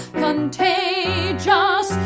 contagious